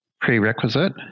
prerequisite